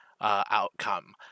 outcome